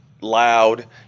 loud